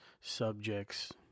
subjects